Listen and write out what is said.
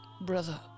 Brother